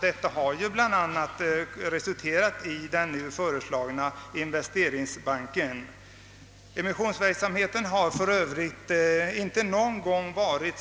Det har bl.a. resulterat i den nu föreslagna investeringsbanken. Emissionsverksamheten har för övrigt inte någon gång varit